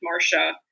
Marsha